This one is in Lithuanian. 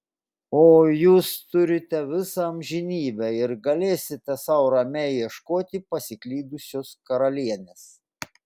o jūs turite visą amžinybę ir galėsite sau ramiai ieškoti pasiklydusios karalienės